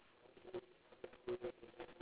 oh okay wait that's very interesting